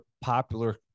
popular